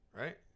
right